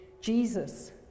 Jesus